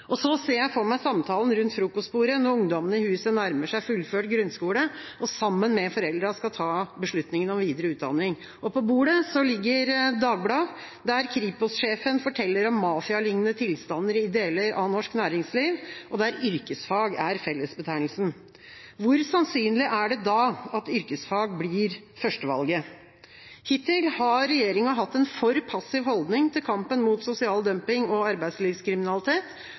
Og så ser jeg for meg samtalen rundt frokostbordet når ungdommene i huset nærmer seg fullført grunnskole og sammen med foreldrene skal ta beslutningen om videre utdanning. Og på bordet ligger Dagbladet, der Kripos-sjefen forteller om mafialignende tilstander i deler av norsk næringsliv, og der yrkesfag er fellesbetegnelsen. Hvor sannsynlig er det da at yrkesfag blir førstevalget? Hittil har regjeringa hatt en for passiv holdning til kampen mot sosial dumping og arbeidslivskriminalitet